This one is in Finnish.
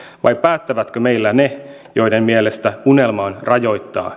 vai päättävätkö meillä ne joiden mielestä unelma on rajoittaa